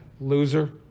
loser